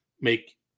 make